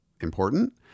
important